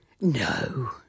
No